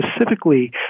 specifically